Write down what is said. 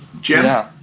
Jim